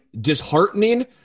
disheartening